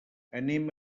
anem